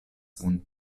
kun